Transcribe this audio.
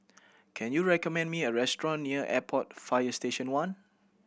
can you recommend me a restaurant near Airport Fire Station One